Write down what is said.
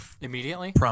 immediately